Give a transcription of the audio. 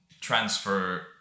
transfer